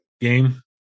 game